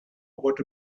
what